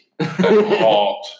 Hot